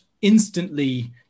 instantly